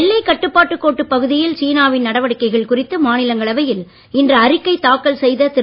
எல்லைக் கட்டுப்பாட்டுக் கோட்டுப் பகுதியில் சீனா வின் நடவடிக்கைகள் குறித்து மாநிலங்களவையில் இன்று அறிக்கை தாக்கல் செய்த திரு